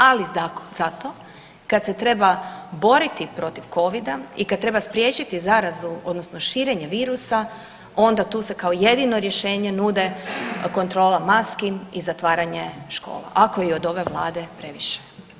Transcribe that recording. Ali zato kad se treba boriti protiv covida i kada treba spriječiti zarazu odnosno širenje virusa, onda tu se kao jedino rješenje nude kontrola maski i zatvaranje škola, a koji je od ove vlade previše.